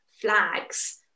flags